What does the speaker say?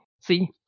See